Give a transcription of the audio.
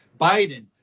Biden